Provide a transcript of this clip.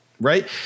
right